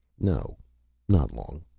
no not long.